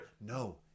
No